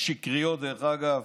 השקריות, דרך אגב,